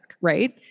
right